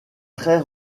très